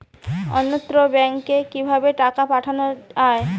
অন্যত্র ব্যংকে কিভাবে টাকা পাঠানো য়ায়?